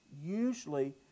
usually